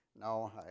No